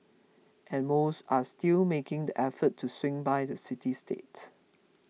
and most are still making the effort to swing by the city state